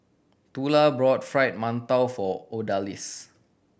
Tula bought Fried Mantou for Odalis